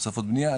תוספות בנייה,